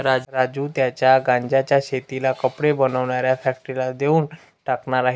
राजू त्याच्या गांज्याच्या शेतीला कपडे बनवणाऱ्या फॅक्टरीला देऊन टाकणार आहे